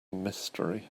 mystery